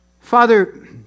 Father